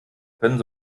können